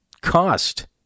cost